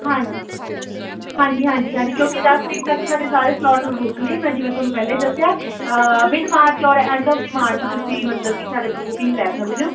ਹਾਂਜੀ ਹਾਂਜੀ ਹਾਂਜੀ ਹਾਂਜੀ ਕਿਉਂਕਿ ਦਸ ਤਰੀਕ ਤੱਕ ਸਾਡੇ ਸਾਰੇ ਸਲੋਟ ਬੁੱਕ ਨੇ ਮੈਂ ਜਿਵੇਂ ਤੁਹਾਨੂੰ ਪਹਿਲਾਂ ਹੀ ਦੱਸਿਆ ਮਿਡ ਮਾਰਚ ਔਰ ਐਂਡ ਆਫ ਦੀ ਮਾਰਚ ਤੁਸੀਂ ਮਤਲਬ ਕਿ ਸਾਡੇ ਤੋਂ ਬੁਕਿੰਗ ਲੈ ਸਕਦੇ ਹੋ